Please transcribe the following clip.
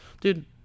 Dude